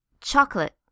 Chocolate